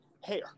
hair